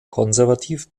konservativ